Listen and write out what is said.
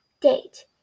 Date